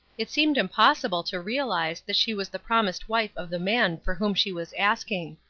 it seemed impossible to realize that she was the promised wife of the man for whom she was asking.